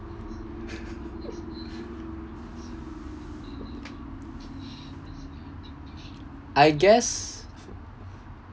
I guess